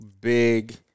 big